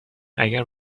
اگر